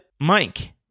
Mike